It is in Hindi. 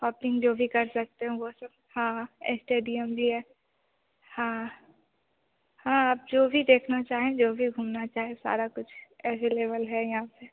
और फिर जो भी कर सकते हो वह सब हाँ एस्टेडियम भी है हाँ हाँ आप जो भी देखना चाहें जो भी घूमना चाहें सारा कुछ ऐवेलेवल है यहाँ से